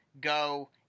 go